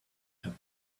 her